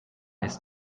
ist